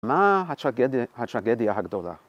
‫מה הטרגדיה, הטרגדיה הגדולה?